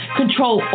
control